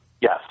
Yes